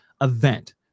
event